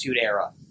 Era